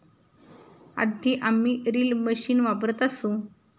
आधी आम्ही reel machine वापरत असू